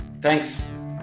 Thanks